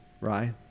right